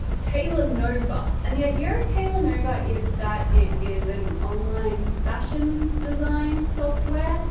tailornova. and the idea of tailornova is that it is an online fashion design software,